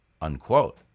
unquote